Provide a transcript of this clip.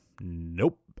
nope